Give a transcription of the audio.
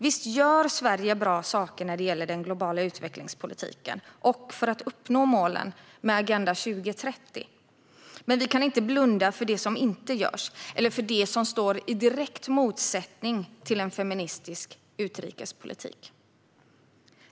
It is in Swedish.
Visst gör Sverige bra saker när det gäller den globala utvecklingspolitiken och för att uppnå målen med Agenda 2030, men vi kan inte blunda för det som inte görs eller för det som står i direkt motsättning till en feministisk utrikespolitik.